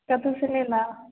कतौसँ नहि लाउ